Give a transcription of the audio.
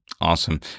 awesome